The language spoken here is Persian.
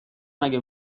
مگه